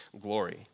glory